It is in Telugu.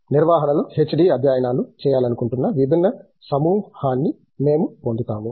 నిర్వహణలో హెచ్డీ అధ్యయనాలు చేయాలనుకుంటున్న విభిన్న సమూహాన్ని మేము పొందుతాము